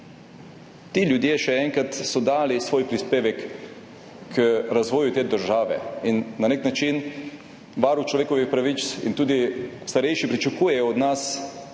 Ti ljudje, še enkrat, so dali svoj prispevek k razvoju te države. Na nek način Varuh človekovih pravic in tudi starejši pričakujejo od nas,